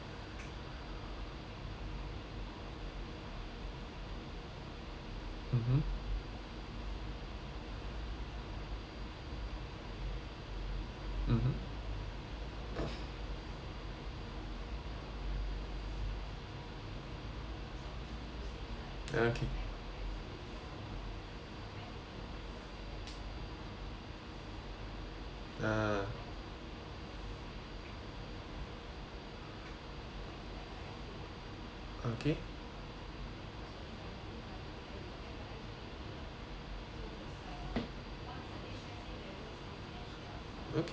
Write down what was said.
mmhmm mmhmm okay ah okay okay